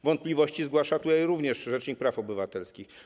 Wątpliwości zgłasza również rzecznik praw obywatelskich.